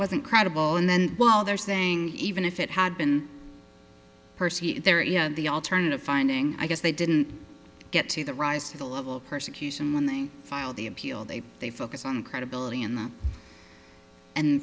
wasn't credible and then well they're saying even if it had been percy the alternative finding i guess they didn't get to the rise to the level of persecution when they filed the appeal they they focus on credibility